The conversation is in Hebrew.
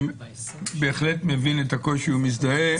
אני בהחלט מבין את הקושי ומזדהה,